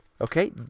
Okay